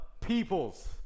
peoples